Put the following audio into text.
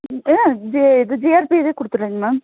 ம் இது இது ஜி ஆர் பி இதே குடுத்துர்றேங்க மேம்